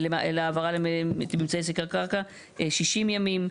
להעברת ממצאי סקר קרקע, 60 ימים.